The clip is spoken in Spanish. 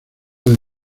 del